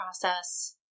process